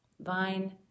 vine